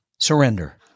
Surrender